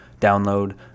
download